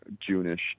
June-ish